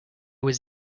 was